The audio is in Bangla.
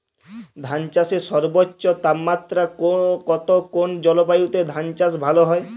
ধান চাষে সর্বোচ্চ তাপমাত্রা কত কোন জলবায়ুতে ধান চাষ ভালো হয়?